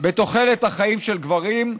בתוחלת החיים של גברים,